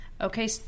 okay